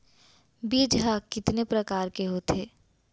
बीज ह कितने प्रकार के होथे?